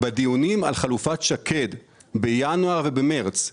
בדיונים על חלופת שקד בינואר ובמרץ,